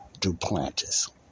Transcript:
Duplantis